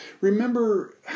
Remember